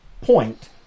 point